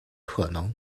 可能